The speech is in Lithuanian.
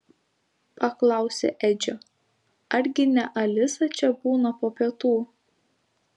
paklausė edžio argi ne alisa čia būna po pietų